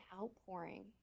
outpouring